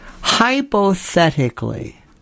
hypothetically